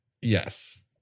Yes